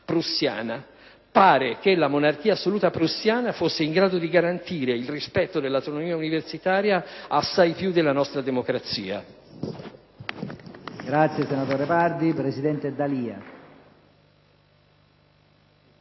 prussiana: sembra che la monarchia assoluta prussiana fosse in grado di garantire il rispetto del'autonomia universitaria assai più della nostra democrazia.